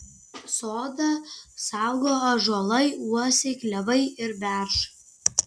sodą saugo ąžuolai uosiai klevai ir beržai